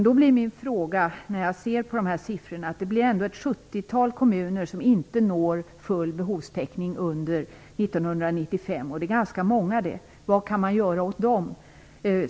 Då jag ser på dessa siffror blir min fråga dock: Det är ändå ett sjuttiotal kommuner som inte når full behovstäckning under 1995. Det är ganska många kommuner. Vad kan man göra åt dem?